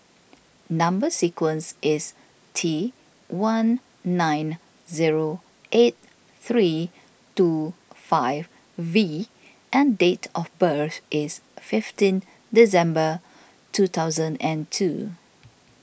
Number Sequence is T one nine zero eight three two five V and date of birth is fifteen December two thousand and two